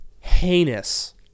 heinous